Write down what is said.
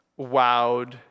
wowed